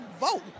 vote